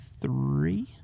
three